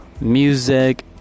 music